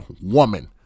woman